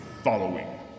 following